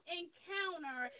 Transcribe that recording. encounter